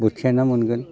बोथिया ना मोनगोन